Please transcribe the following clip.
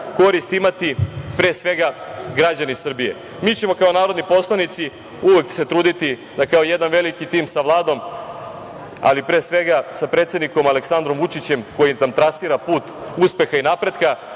korist imati pre svega građani Srbije. Mi ćemo kao narodni poslanici uvek se truditi da kao jedan veliki tim sa Vladom, ali pre svega sa predsednikom Aleksandrom Vučićem, koji tr….put uspeha i napretka